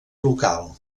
local